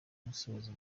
gusoza